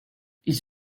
ils